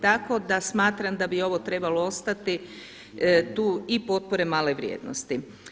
Tako da smatram da bi ovo trebalo ostati tu i potpore male vrijednosti.